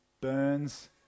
burns